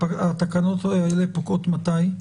התקנות האלה פוקעות מתי?